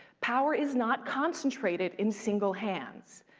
power is not concentrated in single hands.